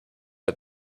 but